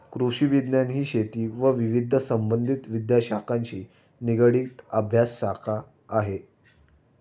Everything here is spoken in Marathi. कृषिविज्ञान ही शेती व विविध संबंधित विद्याशाखांशी निगडित अभ्यासशाखा आहे